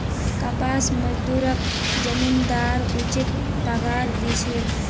कपास मजदूरक जमींदार उचित पगार दी छेक